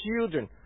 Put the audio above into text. children